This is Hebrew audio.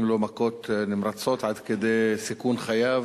לו מכות נמרצות עד כדי סיכון חייו.